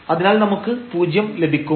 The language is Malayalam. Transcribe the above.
അതിനാൽ നമുക്ക് പൂജ്യം ലഭിക്കും